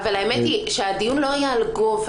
האמת היא שהדיון לא היה על גובה.